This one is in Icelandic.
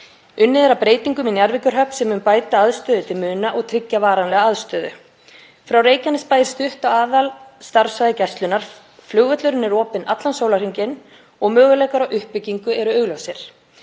Unnið er að breytingum í Njarðvíkurhöfn sem munu bæta aðstöðu til muna og tryggja varanlega aðstöðu. Frá Reykjanesbæ er stutt á aðalstarfssvæði Gæslunnar. Flugvöllurinn er opinn allan sólarhringinn og möguleikar á uppbyggingu eru augljósir.